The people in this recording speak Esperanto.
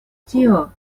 tio